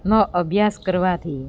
નો અભ્યાસ કરવાથી